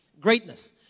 Greatness